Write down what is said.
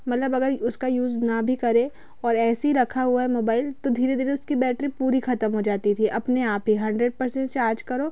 मतलब अगर उसका यूज़ ना भी करें और ऐसे ही रखा हुआ है मोबाईल तो धीरे धीरे उसकी बैटरी पूरी खत्म हो जाती थी अपने आप ही हंड्रेड पर्सेंट चार्ज करो